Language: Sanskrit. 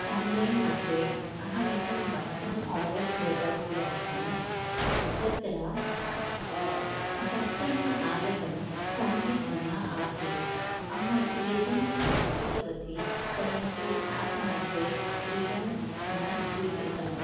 आन्लैन् मध्ये अहम् एकं वस्त्रम् आर्डर् कृतवती आसम् तत्र वस्त्रम् आगतं सम्यक् न आसीत् अहं रिटर्न् स्थापितवती परन्तु आप् मध्ये रिटर्न् न स्वीकृतम्